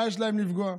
מה יש להם לפגוע?